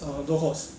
uh 很多 cost